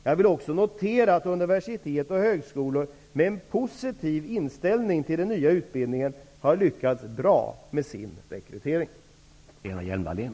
Jag vill också notera att universitet och högskolor med positiv inställning till den nya utbildningen har lyckats bra med rekryteringen.